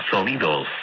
Sonidos